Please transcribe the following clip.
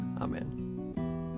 Amen